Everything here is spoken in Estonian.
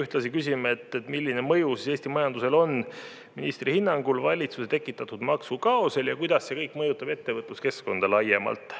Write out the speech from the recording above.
Ühtlasi küsime, milline mõju Eesti majandusele ministri hinnangul on valitsuse tekitatud maksukaosel ja kuidas see kõik mõjutab ettevõtluskeskkonda laiemalt.